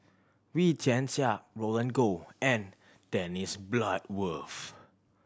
Wee Tian Siak Roland Goh and Dennis Bloodworth